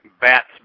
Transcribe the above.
bats